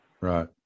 Right